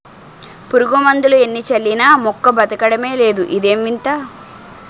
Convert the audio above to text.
పురుగుమందులు ఎన్ని చల్లినా మొక్క బదకడమే లేదు ఇదేం వింత?